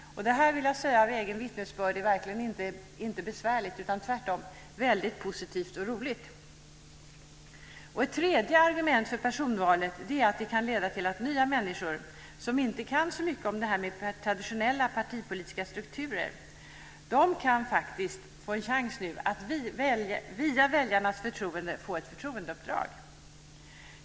Det här, vill jag säga av egen vittnesbörd, är verkligen inte besvärligt. Det är tvärtom väldigt positivt och roligt. Ett tredje argument för personvalet är att det kan leda till att nya människor, som inte kan så mycket om traditionella partipolitiska strukturer, faktiskt nu kan få en chans att via väljarnas förtroende få ett förtroendeuppdrag.